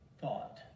thought